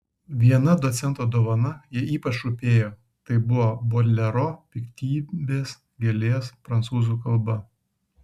viena docento dovana jai ypač rūpėjo tai buvo bodlero piktybės gėlės prancūzų kalba